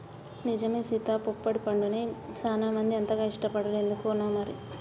నిజమే సీత పొప్పడి పండుని సానా మంది అంతగా ఇష్టపడరు ఎందుకనో మరి